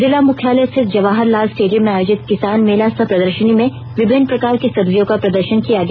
जिला मुख्यालय स्थित जवाहर लाल स्टेडियम में आयोजित किसान मेला सह प्रदर्शनी में विभिन्न प्रकार की सब्जियों का प्रदर्शन किया गया